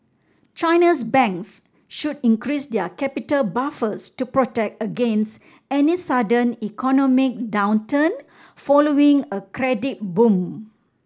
China's banks should increase their capital buffers to protect against any sudden economic downturn following a credit boom